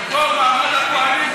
מה זה הדמגוגיה הזאת?